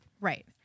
Right